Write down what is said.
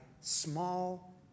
small